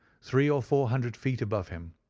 three or four hundred feet above him,